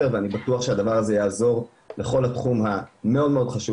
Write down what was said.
ואני בטוח שהדבר הזה יעזור לכל התחום המאוד חשוב